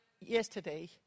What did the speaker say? yesterday